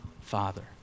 Father